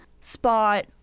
spot